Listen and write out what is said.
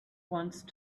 once